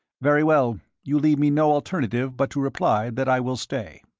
very well. you leave me no alternative but to reply that i will stay.